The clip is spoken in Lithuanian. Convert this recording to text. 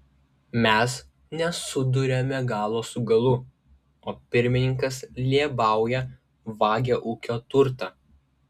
mes nesuduriame galo su galu o pirmininkas lėbauja vagia ūkio turtą